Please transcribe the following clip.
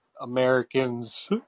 Americans